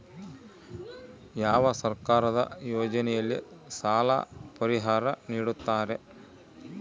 ಯಾವ ಸರ್ಕಾರದ ಯೋಜನೆಯಲ್ಲಿ ಸಾಲ ಪರಿಹಾರ ನೇಡುತ್ತಾರೆ?